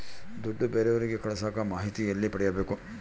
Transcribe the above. ದುಡ್ಡು ಬೇರೆಯವರಿಗೆ ಕಳಸಾಕ ಮಾಹಿತಿ ಎಲ್ಲಿ ಪಡೆಯಬೇಕು?